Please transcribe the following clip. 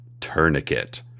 Tourniquet